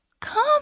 come